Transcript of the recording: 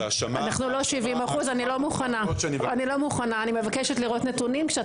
אנחנו לא 70%. מבקשת לראות נתונים כשאת